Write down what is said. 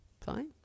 fine